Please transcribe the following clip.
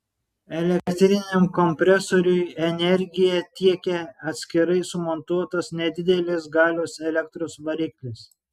elektriniam kompresoriui energiją tiekia atskirai sumontuotas nedidelės galios elektros variklis